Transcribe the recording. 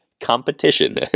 competition